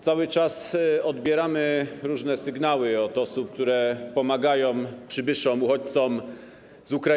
Cały czas odbieramy różne sygnały od osób, które pomagają przybyszom, uchodźcom z Ukrainy.